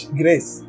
grace